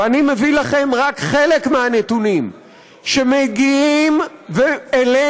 ואני מביא לכם רק חלק מהנתונים שמגיעים אלינו,